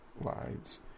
lives